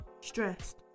stressed